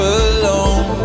alone